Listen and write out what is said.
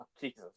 Jesus